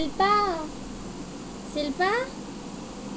অনলাইনে লেন দেন কতটা নিরাপদ?